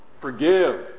forgive